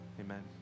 Amen